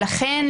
ולכן,